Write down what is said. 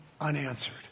unanswered